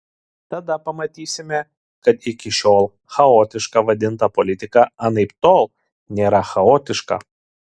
tada pamatysime kad iki šiol chaotiška vadinta politika anaiptol nėra chaotiška